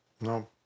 no